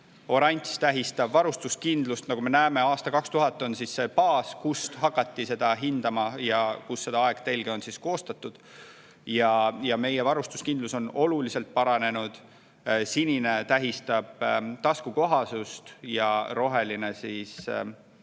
Oranž tähistab varustuskindlust. Nagu me näeme, aasta 2000 on see baas, kust alates hakati seda hindama ja on seda aegtelge koostatud. Ja meie varustuskindlus on oluliselt paranenud. Sinine tähistab taskukohasust ja roheline